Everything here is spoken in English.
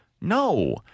No